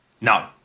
No